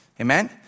Amen